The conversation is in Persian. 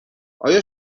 آیا